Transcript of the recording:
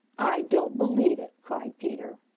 i don't believe it! cried peter.